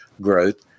growth